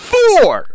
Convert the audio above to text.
Four